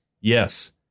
Yes